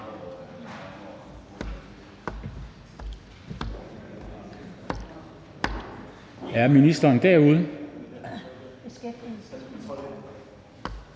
at ministeren bruger